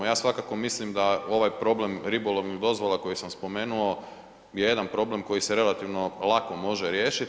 Ja svakako mislim da ovaj problem ribolovnih dozvola koji sam spomenuo je jedan problem koji se relativno lako može riješiti.